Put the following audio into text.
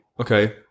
okay